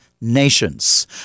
Nations